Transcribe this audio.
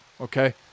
Okay